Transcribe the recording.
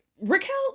Raquel